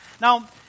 Now